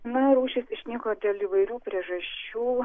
na rūšys išnyko dėl įvairių priežasčių